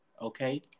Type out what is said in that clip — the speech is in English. Okay